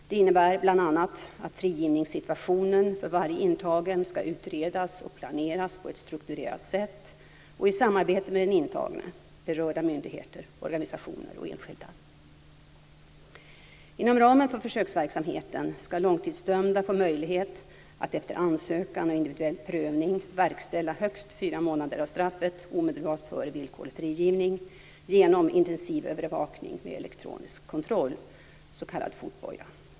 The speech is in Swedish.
Det innebär bl.a. att frigivningssituationen för varje intagen ska utredas och planeras på ett strukturerat sätt och i samarbete med den intagne, berörda myndigheter, organisationer och enskilda. Inom ramen för försöksverksamheten ska långtidsdömda få möjlighet att efter ansökan och individuell prövning verkställa högst fyra månader av straffet omedelbart före villkorlig frigivning genom intensivövervakning med elektronisk kontroll, s.k. fotboja.